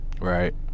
Right